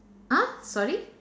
!huh! sorry